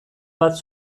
bat